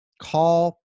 Call